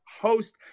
host